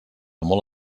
molt